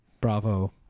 Bravo